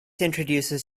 introduces